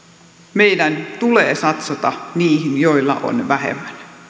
meidän tulee satsata niihin joilla on vähemmän